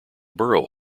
borough